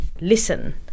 listen